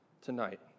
tonight